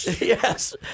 Yes